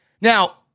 Now